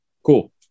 Cool